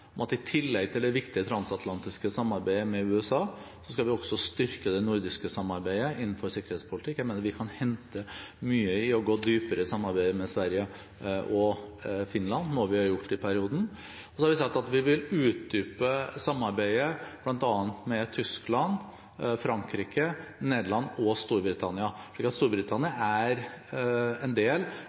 om at i tillegg til det viktige transatlantiske samarbeidet med USA skal vi styrke det nordiske samarbeidet innenfor sikkerhetspolitikk. Jeg mener vi kan hente mye ved å gå dypere i samarbeidet med Sverige og Finland, noe vi har gjort i perioden. Så har vi sagt at vi vil utdype samarbeidet med bl.a. Tyskland, Frankrike, Nederland og Storbritannia. Så Storbritannia er